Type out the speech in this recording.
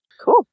Cool